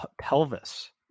pelvis